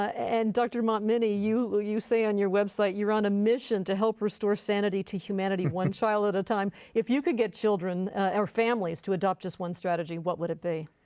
and dr. montminy you you say on your website you're on a mission to help restore sanity to humanity one child at a time. if you could get children or families to adopt just one strategy what would it be?